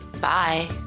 Bye